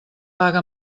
paga